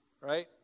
right